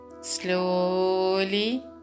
Slowly